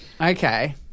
Okay